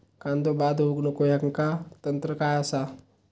कांदो बाद होऊक नको ह्याका तंत्र काय असा?